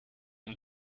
and